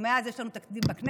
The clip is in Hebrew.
ומאז יש לנו תקדים בכנסת,